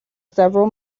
several